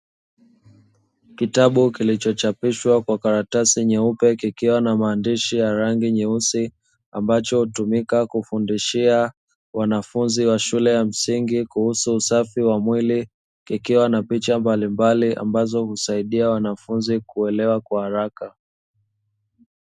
Kitabu kilichochapishwa kwa karatasi nyeupe kikiwa na maandishi ya rangi nyeusi. Ambacho hutumika kufundishia wanafunzi wa shule ya msingi kuhusu usafi wa mwili, kikiwa na picha mbalimbali; ambazo husaidia wanafunzi kuelewa kwa haraka.